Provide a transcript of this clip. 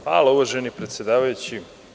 Hvala, uvaženi predsedavajući.